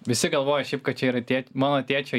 visi galvoja kad čia yra tė mano tėčio